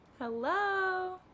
Hello